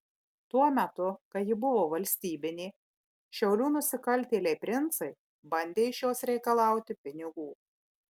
tuo metu kai ji buvo valstybinė šiaulių nusikaltėliai princai bandė iš jos reikalauti pinigų